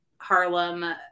Harlem